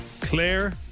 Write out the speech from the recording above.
Claire